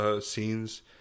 scenes